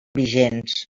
vigents